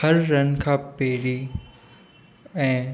हर रन खां पहिरीं ऐं